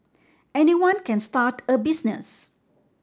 anyone can start a business